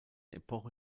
epoche